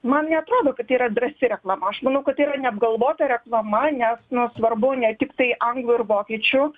man neatrodo kad tai yra drąsi reklama aš manau kad tai yra neapgalvota reklama nes nu svarbu ne tiktai anglų ir vokiečių